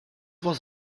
was